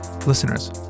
Listeners